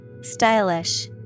Stylish